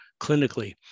clinically